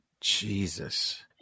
Jesus